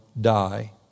die